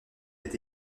est